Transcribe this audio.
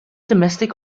domestic